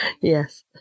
yes